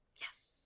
Yes